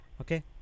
Okay